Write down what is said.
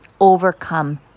overcome